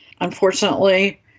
Unfortunately